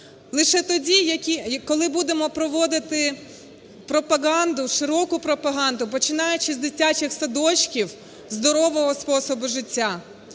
лише тоді, коли будемо проводити пропаганду, широку пропаганду, починаючи з дитячих садочків, здорового способу життя.